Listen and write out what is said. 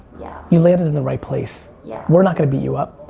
yeah. you landed in the right place. yeah we're not gonna beat you up.